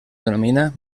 denomina